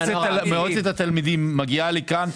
מועצת התלמידים והנוער הארצית מגיע לכאן,